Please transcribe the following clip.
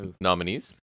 nominees